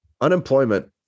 unemployment